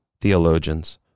theologians